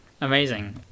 Amazing